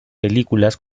películas